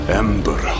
ember